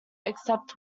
except